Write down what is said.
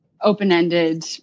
open-ended